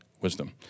wisdom